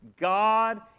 God